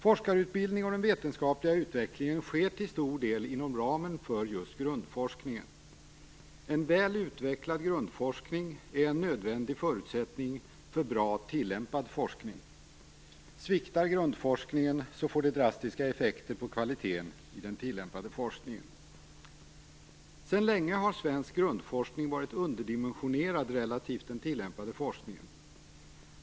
Forskarutbildning och den vetenskapliga utvecklingen sker till stor del inom ramen för grundforskningen. En väl utvecklad grundforskning är en nödvändig förutsättning för bra tillämpad forskning. Sviktar grundforskningen, får det drastiska effekter på kvaliteten i den tillämpade forskningen. Sedan länge har svensk grundforskning varit underdimensionerad i förhållande till den tillämpade forskningen.